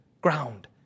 ground